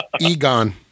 Egon